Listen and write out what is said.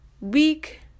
week